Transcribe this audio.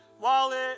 wallet